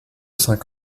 cinq